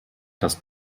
das